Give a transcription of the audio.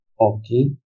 Okay